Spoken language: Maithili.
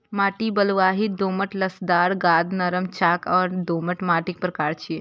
माटि बलुआही, दोमट, लसदार, गाद, नरम, चाक आ दोमट माटिक प्रकार छियै